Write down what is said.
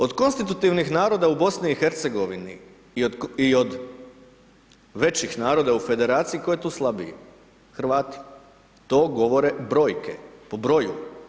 Od konstitutivnih naroda u BiH i od većih naroda u federaciji ko je tu slabiji, Hrvati, to govore brojke, po broju.